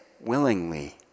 willingly